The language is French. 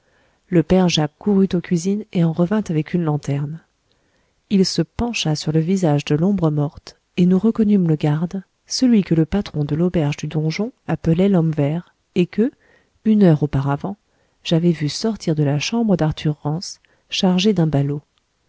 le père jacques courut aux cuisines et en revint avec une lanterne il se pencha sur le visage de l'ombre morte et nous reconnûmes le garde celui que le patron de l'auberge du donjon appelait l'homme vert et que une heure auparavant j'avais vu sortir de la chambre d'arthur rance chargé d'un ballot